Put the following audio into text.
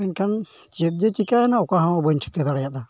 ᱢᱮᱱᱠᱷᱟᱱ ᱪᱮᱫ ᱡᱮ ᱪᱤᱠᱟᱹᱭᱮᱱᱟ ᱚᱠᱟᱦᱚᱸ ᱵᱟᱹᱧ ᱴᱷᱤᱠᱟᱹ ᱫᱟᱲᱮᱭᱟᱫᱟ